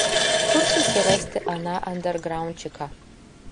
kur susirasti aną andergraundčiką